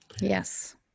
Yes